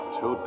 two